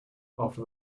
after